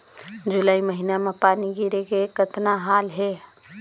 जुलाई महीना म पानी गिरे के कतना हाल हे?